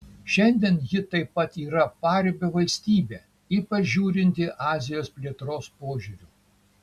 šiandien ji taip pat yra paribio valstybė ypač žiūrinti azijos plėtros požiūriu